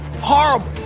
horrible